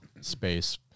space